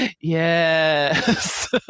yes